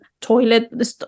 toilet